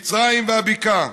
מצרים והבקעה.